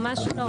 ממש לא.